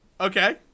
Okay